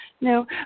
no